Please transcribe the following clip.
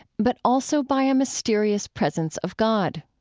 but also by a mysterious presence of god.